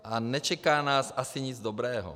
A nečeká nás ani nic dobrého.